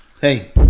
Hey